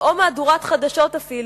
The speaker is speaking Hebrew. או מהדורת חדשות אפילו,